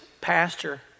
pastor